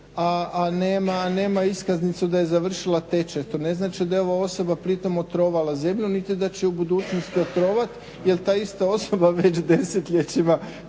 a nema iskaznicu da je završila tečaj. To ne znači da je ova osoba pri tome otrovala zemlju niti da će u budućnosti otrovati jer ta ista osoba već desetljećima